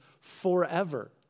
forever